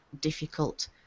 difficult